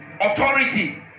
authority